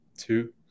two